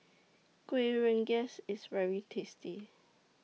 Kueh Rengas IS very tasty